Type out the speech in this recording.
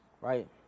right